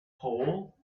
pole